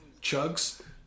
Chugs